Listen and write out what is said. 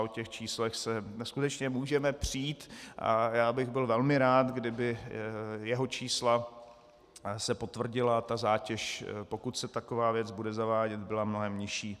O těch číslech se můžeme skutečně přít a já bych byl velmi rád, kdyby jeho čísla se potvrdila a ta zátěž, pokud se taková věc bude zavádět, byla mnohem nižší.